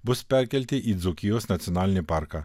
bus perkelti į dzūkijos nacionalinį parką